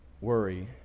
worry